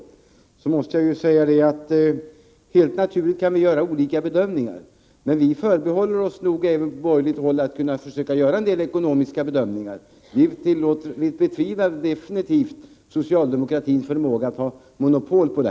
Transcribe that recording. Jag måste då säga att det är helt naturligt att vi kan göra olika bedömningar, men vi förbehåller oss även på borgerligt håll rätten att försöka göra en del ekonomiska bedömningar. Vi betvivlar definitivt socialdemokratins förmåga att ha monopol på det.